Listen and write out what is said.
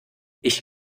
ich